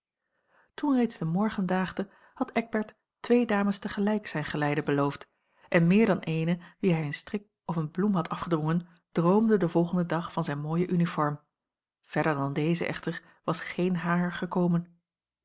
toen reeds de morgen daagde had eckbert twee dames te gelijk zijn geleide beloofd en meer dan eene wie hij een strik of een bloem had afgedwongen droomde den volgenden dag van zijn mooie uniform verder dan deze echter was geen harer gekomen